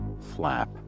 flap